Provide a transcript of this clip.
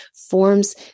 forms